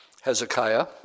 Hezekiah